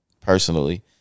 personally